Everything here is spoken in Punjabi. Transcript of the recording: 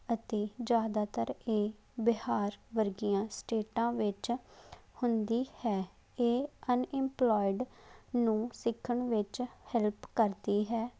ਅਤੇ ਜ਼ਿਆਦਾਤਰ ਇਹ ਬਿਹਾਰ ਵਰਗੀਆਂ ਸਟੇਟਾਂ ਵਿੱਚ ਹੁੰਦੀ ਹੈ ਇਹ ਅਨਇਮਪਲੋਇਡ ਨੂੰ ਸਿੱਖਣ ਵਿੱਚ ਹੈਲਪ ਕਰਦੀ ਹੈ